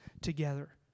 together